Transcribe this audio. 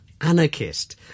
anarchist